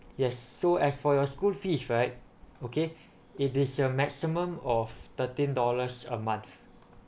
yes so as for your school fees right okay it is a maximum of thirteen dollars a month